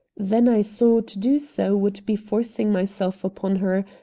then i saw to do so would be forcing myself upon her,